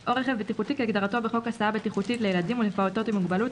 או רכב בטיחותי כהגדרתו בחוק הסעה בטיחותית לילדים ולפעוטות עם מוגבלות,